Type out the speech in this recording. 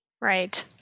Right